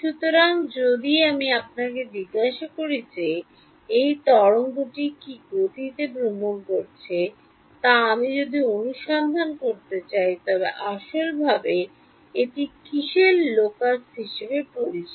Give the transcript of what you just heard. সুতরাং যদি আমি আপনাকে জিজ্ঞাসা করি যে এই তরঙ্গটি কী গতিতে ভ্রমণ করছে তা আমি যদি অনুসন্ধান করতে চাই তবে আসলভাবে এটি কিসের লোকস হিসাবে পরিচিত